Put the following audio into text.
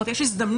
כך שיש הזדמנות